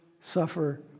suffer